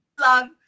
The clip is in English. love